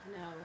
No